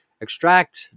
extract